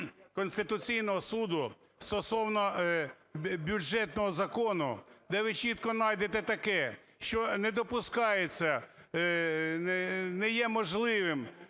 Конституційного Суду стосовно бюджетного закону, де ви чітко найдете таке, що не допускається, не є можливим